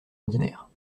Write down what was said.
ordinaire